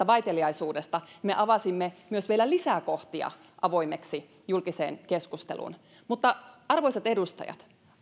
vaiteliaisuudesta me avasimme myös vielä lisää kohtia avoimeksi julkiseen keskusteluun mutta arvoisat edustajat